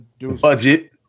Budget